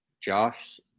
Josh